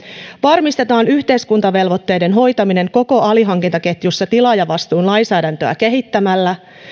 varmistetaan yhteiskuntavelvoitteiden hoitaminen koko alihankintaketjussa tilaajavastuun lainsäädäntöä kehittämällä